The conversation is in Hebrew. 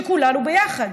כולנו ביחד.